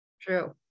True